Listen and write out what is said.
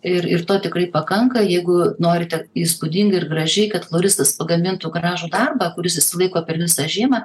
ir ir to tikrai pakanka jeigu norite įspūdingai ir gražiai kad floristas pagamintų gražų darbą kuris išsilaiko per visą žiemą